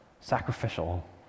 sacrificial